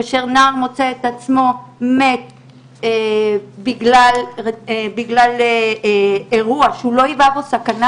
כאשר נער מוצא את עצמו מת בגלל אירוע שהוא לא היווה בו סכנה